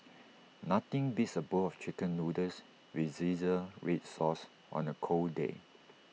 nothing beats A bowl of Chicken Noodles with Zingy Red Sauce on A cold day